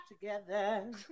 together